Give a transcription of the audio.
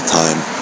time